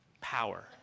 power